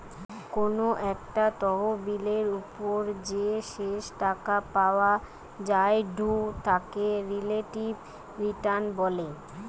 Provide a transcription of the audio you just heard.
কোনো একটা তহবিলের ওপর যে শেষ টাকা পাওয়া জায়ঢু তাকে রিলেটিভ রিটার্ন বলে